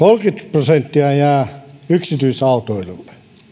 prosenttia jää yksityisautoilulle